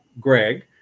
Greg